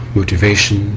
motivation